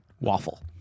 waffle